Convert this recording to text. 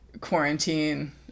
quarantine